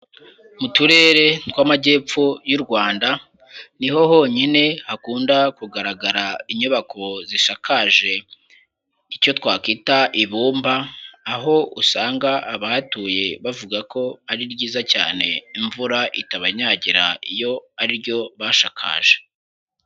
Mu turere tw'Amajyepfo y'u Rwanda ni ho honyine hakunda kugaragara inyubako zishakaje icyo twakwita ibumba, aho usanga abahatuye bavuga ko ari ryiza cyane imvura itabanyagira iyo ari ryo bashakaje.